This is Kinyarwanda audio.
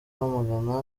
rwamagana